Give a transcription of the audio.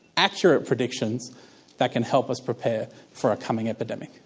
accurate predictions that can help us prepare for a coming epidemic.